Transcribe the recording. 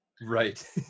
Right